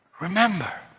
remember